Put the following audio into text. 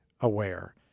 aware